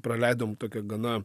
praleidom tokią gana